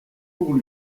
pour